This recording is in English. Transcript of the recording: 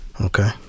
Okay